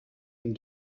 den